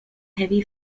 heavy